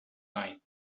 night